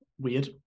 weird